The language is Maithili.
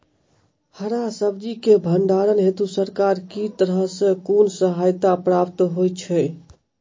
हरा सब्जी केँ भण्डारण हेतु सरकार की तरफ सँ कुन सहायता प्राप्त होइ छै?